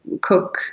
cook